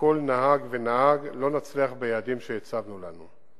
כל נהג ונהג לא נצליח ביעדים שהצבנו לנו.